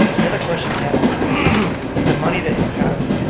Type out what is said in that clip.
the other question i had was the money that you have